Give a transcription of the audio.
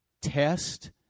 test